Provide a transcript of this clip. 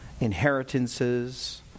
inheritances